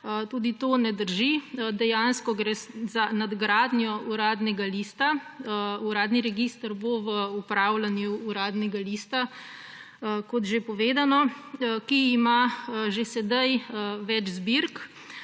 Tudi to ne drži. Dejansko gre za nadgradnjo Uradnega lista. Uradni register bo v upravljanju Uradnega lista, ko je bilo že povedano, ki ima že sedaj več zbirk.